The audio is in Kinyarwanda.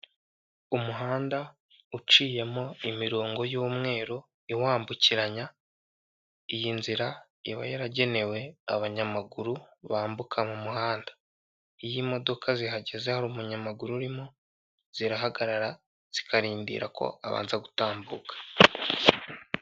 Umuhanda uciyemo imirongo y'umweru iwambukiranya, iyi nzira iba yaragenewe abanyamaguru bambuka mu muhanda. Iyo imodoka zihagaze hari umunyamaguru urimo zirahagarara zikarindira ko abanza gutambuka.